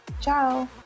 Ciao